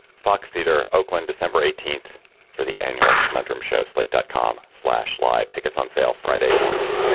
fox theater oakland december eighteenth for the annual conundrum show slate dot com slash live. tickets on sale friday morning.